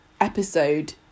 episode